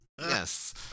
Yes